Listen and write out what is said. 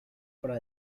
para